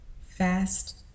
Fast